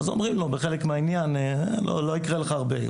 אז אומרים לו בחלק מהעניין לא יקרה לך הרבה.